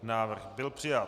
Návrh byl přijat.